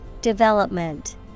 Development